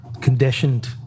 conditioned